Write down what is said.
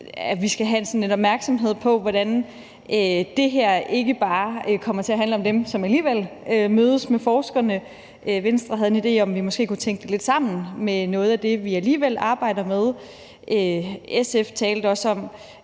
sådan skal have lidt opmærksomhed på, hvordan det her ikke bare kommer til at handle om dem, som alligevel mødes med forskerne. Venstre havde en idé om, at vi måske kunne tænke det lidt sammen med noget af det, vi alligevel arbejder med. SF talte også om,